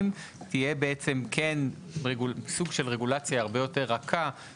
תהיה סוג של רגולציה הרבה יותר רכה לגבי אותם גופים,